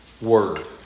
word